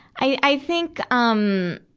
i, i think, um,